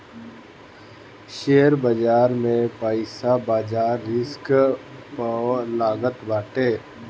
share बाजार में पईसा बाजार रिस्क पअ लागत बाटे